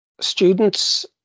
students